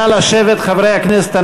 נא לשבת, חברי הכנסת.